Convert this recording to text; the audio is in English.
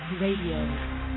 Radio